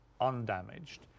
undamaged